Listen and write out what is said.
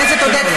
תודה לך.